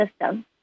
system